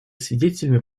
свидетелями